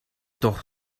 doch